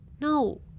no